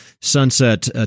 sunset